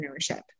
entrepreneurship